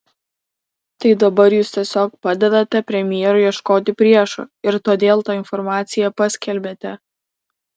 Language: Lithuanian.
tai dabar jūs tiesiog padedate premjerui ieškoti priešų ir todėl tą informaciją paskelbėte